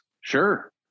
Sure